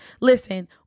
Listen